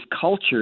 culture